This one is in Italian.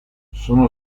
sono